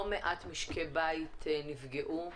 לא מעט משקי בית נפגעו,